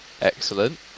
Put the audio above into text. excellent